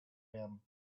him